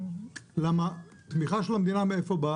הרי מאיפה באה התמיכה של המדינה?